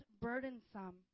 burdensome